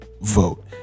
vote